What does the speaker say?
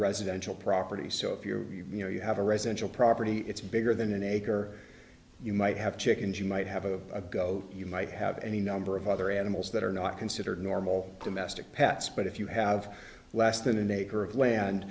residential property so if you're you know you have a residential property it's bigger than an acre you might have chickens you might have a go you might have any number of other animals that are not considered normal domestic pets but if you have less than an acre of land